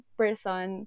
person